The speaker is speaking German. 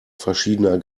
verschiedener